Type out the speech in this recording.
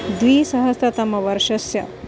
द्विसहस्रतमवर्षस्य